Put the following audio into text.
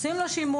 עושים לו שימוע,